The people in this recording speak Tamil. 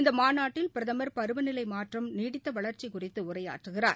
இந்த மாநாட்டில் பிரதம் பருவநிலை மாற்றம் நீடித்த வளர்ச்சி குறித்து உரையாற்றுகிறார்